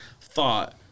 thought